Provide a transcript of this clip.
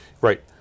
Right